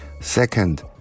Second